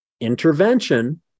intervention